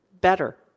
better